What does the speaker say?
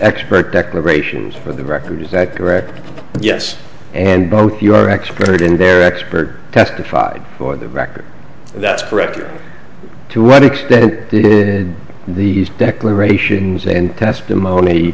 expert declarations for the record is that correct yes and both your expert in their expert testified for the record that's correct or to what extent did these declarations and testimony